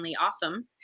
awesome